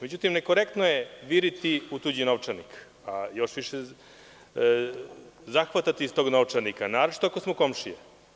Međutim, nekorektno je viriti u tuđi novčanik, a još više zahvatati iz tog novčanika, naročito ako smo komšije.